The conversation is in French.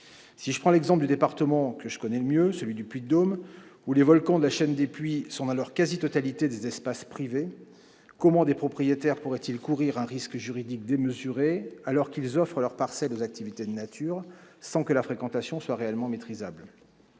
Si je prends l'exemple du département que je connais le mieux, celui du Puy-de-Dôme, où les volcans de la chaîne des Puys sont dans leur quasi-totalité des espaces privés, comment des propriétaires pourraient-ils courir un risque juridique démesuré alors qu'ils offrent leurs parcelles aux activités de nature, sans que la fréquentation soit réellement maîtrisable ?